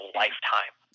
lifetime